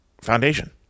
Foundation